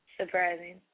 Surprising